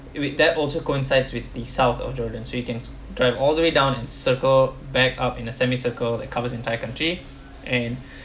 wait that also coincides with the south of jordan so we can drive all the way down in circle back up in a semi circle that covers entire country and